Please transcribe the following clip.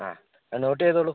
ആ അത് നോട്ട് ചെയ്തോളൂ